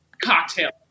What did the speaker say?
cocktail